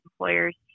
employers